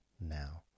now